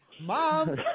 Mom